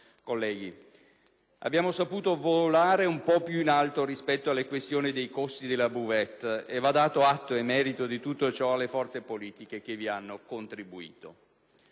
Colleghi, abbiamo saputo volare un po' più in alto rispetto alle questioni dei costi della *buvette*, e va dato atto e merito di ciò a tutte le forze politiche che vi hanno contribuito.